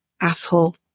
Asshole